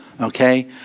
okay